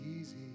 easy